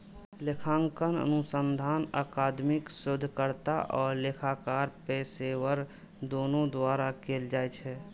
लेखांकन अनुसंधान अकादमिक शोधकर्ता आ लेखाकार पेशेवर, दुनू द्वारा कैल जाइ छै